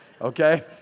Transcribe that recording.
okay